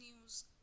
news